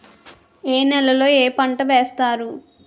ఏ నేలలో ఏ పంట వేస్తారు?